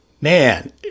Man